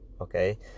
okay